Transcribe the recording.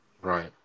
Right